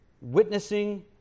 witnessing